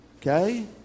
Okay